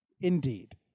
Indeed